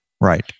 Right